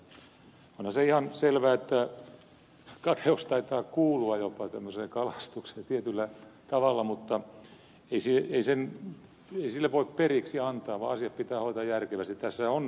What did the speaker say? onhan se ihan selvää että kateus taitaa jopa kuulua tämmöiseen kalastukseen tietyllä tavalla mutta ei sille voi periksi antaa vaan asiat pitää hoitaa järkevästi